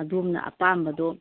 ꯑꯗꯣꯝꯅ ꯑꯄꯥꯝꯕꯗꯣ